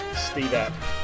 Steve